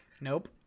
nope